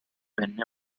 venne